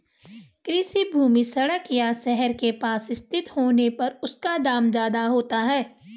कृषि भूमि सड़क या शहर के पास स्थित होने पर उसका दाम ज्यादा होता है